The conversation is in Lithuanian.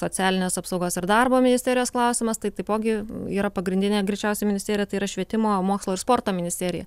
socialinės apsaugos ir darbo ministerijos klausimas tai taipogi yra pagrindinė greičiausiai ministerija tai yra švietimo mokslo ir sporto ministerija